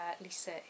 Lisa